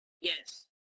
yes